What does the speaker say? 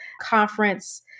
Conference